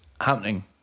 happening